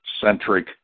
centric